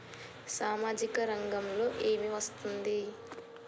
సామాజిక రంగంలో ఏమి వస్తుంది?